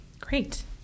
Great